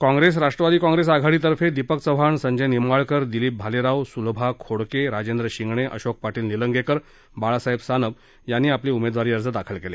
काँग्रेस राष्ट्रवादी आघाडीतर्फे दीपक चव्हाण संजय निंबाळकर दिलीप भालेराव सुलभा खोडके राजेंद्र शिंगणे अशोक पाटील निलंगेकर बाळासाहेब सानप यांनी उमेदवारी अर्ज दाखल केले